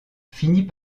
finit